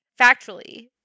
factually